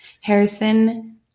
harrison